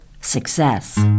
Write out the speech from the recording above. success